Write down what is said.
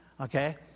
Okay